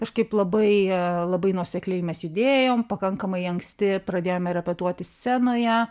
kažkaip labai labai nuosekliai mes judėjom pakankamai anksti pradėjome repetuoti scenoje